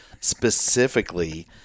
specifically